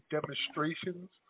demonstrations